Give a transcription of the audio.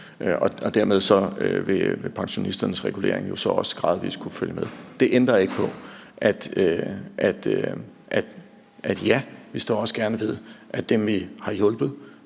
Dermed vil pensionisternes regulering så også gradvis kunne følge med. Det ændrer ikke på, at vi også gerne står ved, at dem, vi har hjulpet